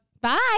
bye